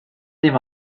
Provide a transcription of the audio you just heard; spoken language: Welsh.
dim